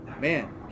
man